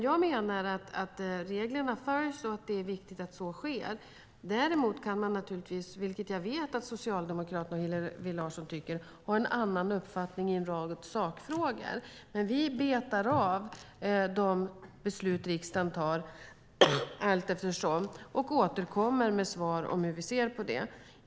Jag menar dock att reglerna följs, och det är viktigt att så sker. Däremot kan man naturligtvis ha en annan uppfattning i en rad sakfrågor, och det vet jag att Socialdemokraterna och Hillevi Larsson har. Vi betar dock av de beslut riksdagen tar allteftersom och återkommer med svar om hur vi ser på dem.